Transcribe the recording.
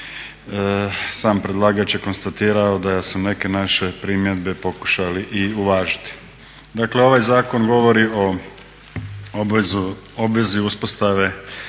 sam predlagač je konstatirao da su neke naše primjedbe pokušali i uvažiti. Dakle ovaj zakon govori o obvezi uspostave